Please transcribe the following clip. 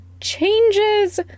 changes